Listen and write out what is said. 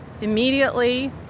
immediately